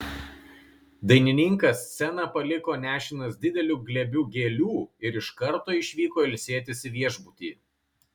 dainininkas sceną paliko nešinas dideliu glėbiu gėlių ir iš karto išvyko ilsėtis į viešbutį